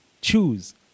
choose